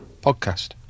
podcast